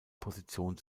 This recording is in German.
position